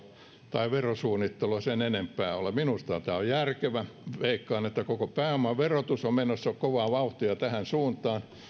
tai verosuunnittelua sen enempää ole minusta tämä on järkevä veikkaan että koko pääomaverotus on menossa kovaa vauhtia tähän suuntaan